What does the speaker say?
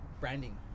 branding